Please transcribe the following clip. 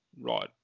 right